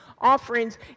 offerings